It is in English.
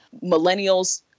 Millennials